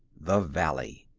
the valley.